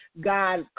God